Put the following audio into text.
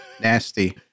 Nasty